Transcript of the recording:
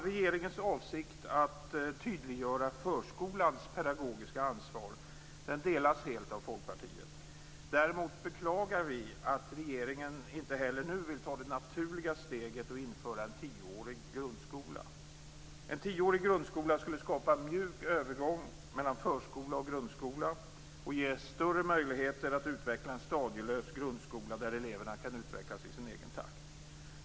Regeringens avsikt att tydliggöra förskolans pedagogiska ansvar delas helt av Folkpartiet. Däremot beklagar vi att regeringen inte heller nu vill ta det naturliga steget och införa en tioårig grundskola. En tioårig grundskola skulle skapa en mjuk övergång mellan förskola och grundskola och ge större möjligheter att utveckla en stadielös grundskola, där eleverna kan utvecklas i sin egen takt.